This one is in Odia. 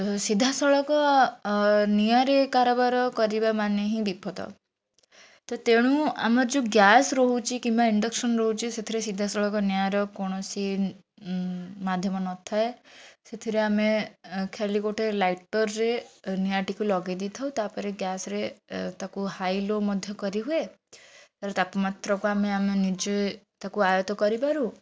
ସିଧାସଳଖ ନିଆଁରେ କାରାବାର କରିବା ମାନେ ହିଁ ବିପଦ ତ ତେଣୁ ଆମର ଯେଉଁ ଗ୍ୟାସ୍ ରହୁଛି କିମ୍ବା ଇଣ୍ଡସ୍କନ୍ ରହୁଛି ସେଥିରେ ସିଧାସଳଖ ନିଆଁର କୌଣସି ମାଧ୍ୟମ ନଥାଏ ସେଥିରେ ଆମେ ଏ ଖାଲି ଗୋଟେ ଲାଇଟର୍ରେ ନିଆଁଟିକୁ ଲଗାଇ ଦେଇ ଥାଉ ତା'ପରେ ଗ୍ୟାସ୍ରେ ତାକୁ ହାଇ ଲୋ ମଧ୍ୟ କରିହୁଏ ତା'ର ତାପମାତ୍ରାକୁ ଆମେ ଆମେ ନିଜେ ତାକୁ ଆୟତ୍ତ କରିପାରୁ